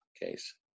case